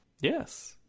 Yes